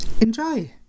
Enjoy